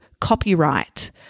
copyright